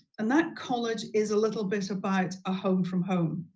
and that college is a little built about ah home from home.